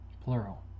Plural